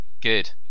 good